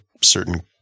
certain